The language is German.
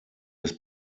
des